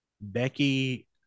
Becky